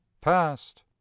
past